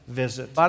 visit